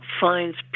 finds